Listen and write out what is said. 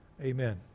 Amen